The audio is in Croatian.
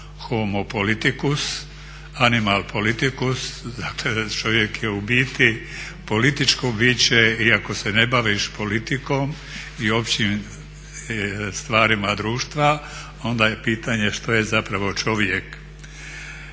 homo politicus, animal politicus, dakle čovjek je u biti političko biće i ako se ne baviš politikom i općim stvarima društva, onda je pitanje što je zapravo čovjek?